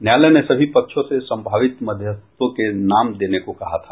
न्यायालय ने सभी पक्षों से संभावित मध्यस्थतों के नाम देने को कहा था